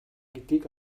гэдгийг